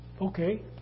Okay